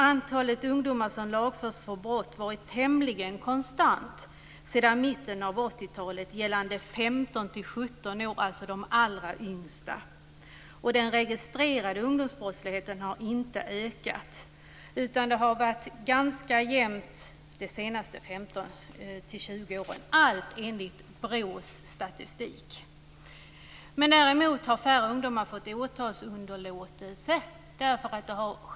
Antalet ungdomar som lagförs för brott har varit tämligen konstant sedan mitten av 80-talet gällande 15-17-åringar, dvs. de allra yngsta. Och den registrerade ungdomsbrottsligheten har inte ökat, utan den har varit ganska jämn under de senaste 15-20 åren. Däremot har färre ungdomar fått åtalsunderlåtelse på grund av lagändringar.